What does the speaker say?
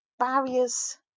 barriers